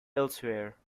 elsewhere